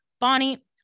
Bonnie